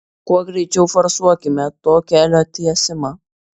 kuo greičiau forsuokime to kelio tiesimą